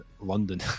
London